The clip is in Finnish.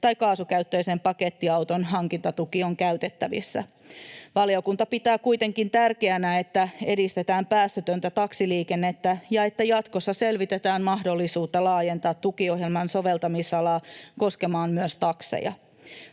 tai kaasukäyttöisen pakettiauton hankintatuki on käytettävissä. Valiokunta pitää kuitenkin tärkeänä, että edistetään päästötöntä taksiliikennettä ja että jatkossa selvitetään mahdollisuutta laajentaa tukiohjelman soveltamisalaa koskemaan myös takseja.